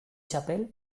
txapel